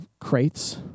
crates